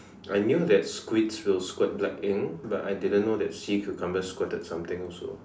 I knew that squids will squirt black ink but I didn't know sea cucumbers squirted something also